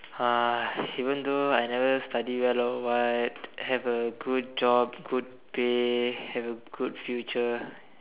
uh even though I never study well or what have a good job good pay have a good future